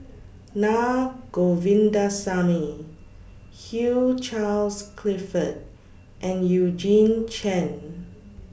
Naa Govindasamy Hugh Charles Clifford and Eugene Chen